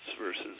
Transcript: versus